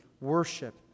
worship